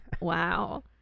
Wow